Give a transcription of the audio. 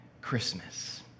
Christmas